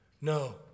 No